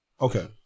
Okay